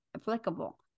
applicable